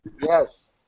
Yes